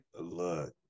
Look